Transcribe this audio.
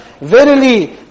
Verily